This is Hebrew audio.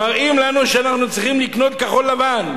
מראים לנו שאנחנו צריכים לקנות כחול-לבן.